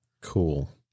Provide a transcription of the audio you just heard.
Cool